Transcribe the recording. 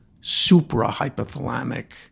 supra-hypothalamic